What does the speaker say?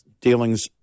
dealings